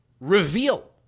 reveal